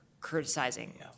criticizing